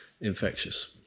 infectious